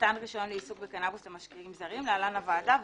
מתן תן רישיון רישיון לעיסוק בקנבוס למשקיעים זרים (להלן הוועדה),